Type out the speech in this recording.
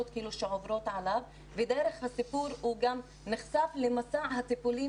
שעוברים עליו ודרך הסיפור הוא גם נחשף למסע הטיפולים